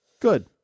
good